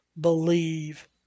believe